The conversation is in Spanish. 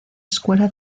escuela